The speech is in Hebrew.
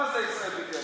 מה זה ישראל ביתנו?